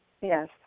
yes